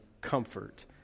comfort